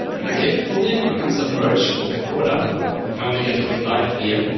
when a cave fully becomes submerged with water, and you can only get through with dive gear,